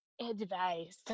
Advice